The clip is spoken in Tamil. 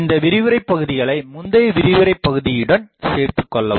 இந்த விரிவுரை பகுதிகளை முந்தைய விரிவுரை பகுதியுடன் சேர்த்துக் கொள்ளவும்